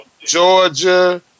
Georgia